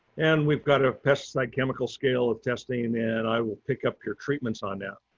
and we've got a pesticide chemical scale of testing and i will pick up your treatments on that.